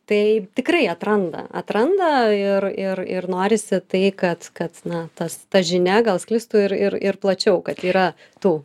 tai tikrai atranda atranda ir ir ir norisi tai kad kad na tas ta žinia gal sklistų ir ir ir plačiau kad yra tų